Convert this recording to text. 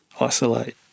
isolate